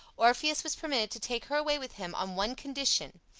orpheus was permitted to take her away with him on one condition,